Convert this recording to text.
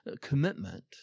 commitment